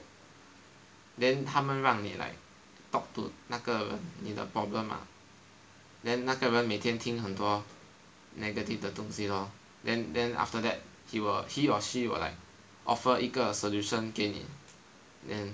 then 他们让你 like talk to 那个你的 problem lah then 那个人每天听很多 negative 的东西 lor then then after that he will he or she will like offer 一个 solution 给你 then